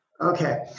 Okay